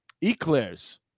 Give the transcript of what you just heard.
Eclair's